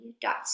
dot